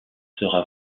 sera